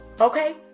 Okay